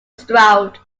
stroud